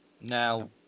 now